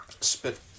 Spit